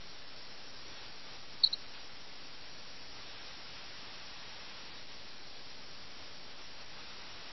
ഈ രണ്ട് പ്രഭുക്കന്മാരും വിഡ്ഢികളാണെന്നും ദൂതന്റെ ആധികാരികതയോ രാജാവിൽ നിന്ന് വന്ന സന്ദേശത്തിന്റെയോ ആധികാരികത പരിശോധിക്കാൻ പോലും കഴിയാത്ത വിഡ്ഢികളാണെന്ന് ആ വ്യാജ പ്രതിസന്ധിയിൽ വെളിപ്പെടുന്നു